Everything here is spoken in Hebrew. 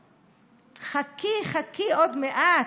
// חכי, חכי עוד מעט,